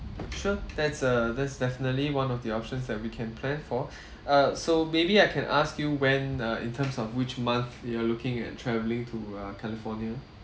sure that's a that's definitely one of the options that we can plan for err so maybe I can ask you when uh in terms of which month you are looking at traveling to err california